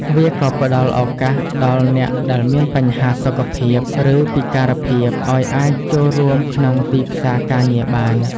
វាក៏ផ្តល់ឱកាសដល់អ្នកដែលមានបញ្ហាសុខភាព ឬពិការភាព ឱ្យអាចចូលរួមក្នុងទីផ្សារការងារបាន។